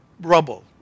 rubble